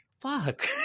fuck